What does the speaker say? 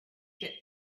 get